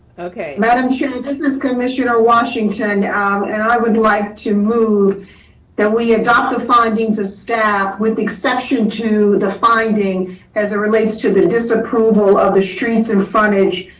okay. madam chair, this is commissioner washington um and i would like to move that we adopt the findings of staff with exception to the finding as it relates to the disapproval of the streets in frontage.